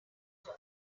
come